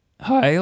Hi